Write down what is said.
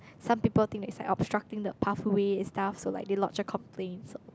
some people think that it's like obstructing the pathway and stuff so they like lodge a complaint so